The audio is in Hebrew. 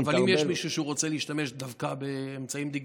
אבל אם יש מישהו שרוצה להשתמש דווקא באמצעים דיגיטליים?